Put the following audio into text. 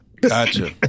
Gotcha